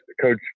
coach